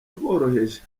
bworoheje